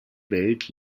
welt